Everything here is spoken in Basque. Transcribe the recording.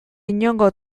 inongo